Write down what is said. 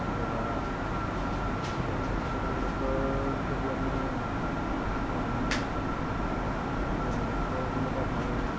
কেতিয়াবা আমাৰ veterinary doctor যদি আমি নাপাওঁ তেতিয়া আমি ওচৰৰ কোনোবা ভাল